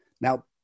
Now